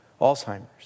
Alzheimer's